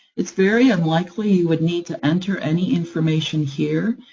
it's very unlikely you would need to enter any information here.